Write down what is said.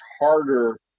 harder